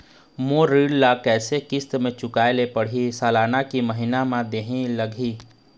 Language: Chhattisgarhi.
मोर ऋण ला कैसे किस्त म चुकाए ले पढ़िही, सालाना की महीना मा देहे ले लागही?